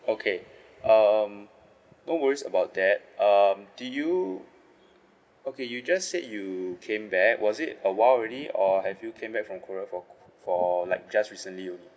okay um no worries about that um did you okay you just said you came back was it a while already or have you came back from korea for for like just recently only